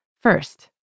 First